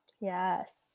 Yes